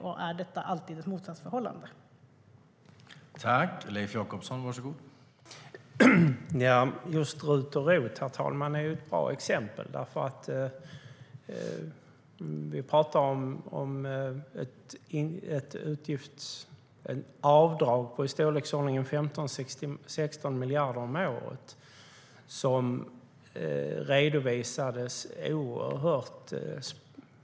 Och är det alltid ett motsatsförhållande?